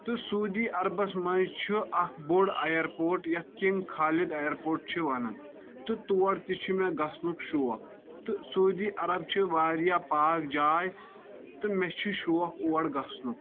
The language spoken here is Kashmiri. تہٕ سعوٗدی عربس منز چھُ اکھ بوٚڑ ایر پورٹ یتھ کنگ خالد ایر پورٹ چھ ونان تہٕ تور تہِ چھُ مےٚ گژھنُک شوق تہٕ سعوٗدی عرب چھ واریاہ پاک جاے تہٕ مےٚ چھُ شوق اور گژھنُک